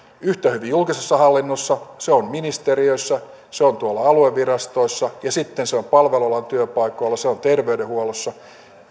yhtä paljon julkisessa hallinnossa se on ministeriöissä se on aluevirastoissa ja se on palvelualan työpaikoilla se on terveydenhuollossa